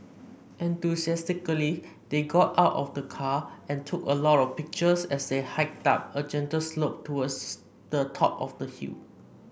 enthusiastically they got out of the car and took a lot of pictures as they hiked up a gentle slope towards the top of the hill